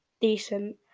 decent